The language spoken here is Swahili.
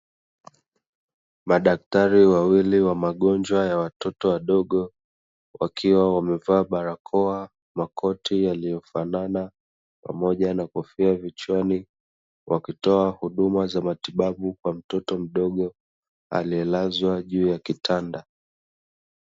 Madaktari wawili wa magonjwa ya watoto wadogo wakiwa wamevaa barakoa, makoti yaliyofanana pamoja na kofia vichwani wakitoa huduma za matibabu kwa mtoto mdogo aliyelazwa juu ya kitanda.